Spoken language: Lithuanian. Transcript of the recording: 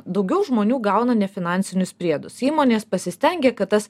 daugiau žmonių gauna nefinansinius priedus įmonės pasistengia kad tas